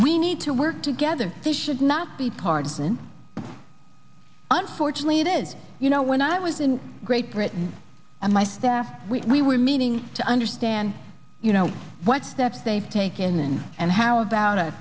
we need to work together this should not be partisan unfortunately it is you know when i was in great britain and my staff we were meeting to understand you know what steps they've taken and how about a